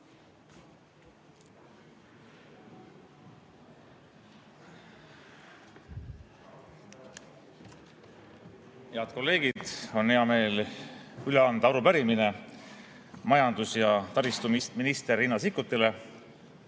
Head kolleegid! On hea meel üle anda arupärimine majandus- ja taristuminister Riina Sikkutile.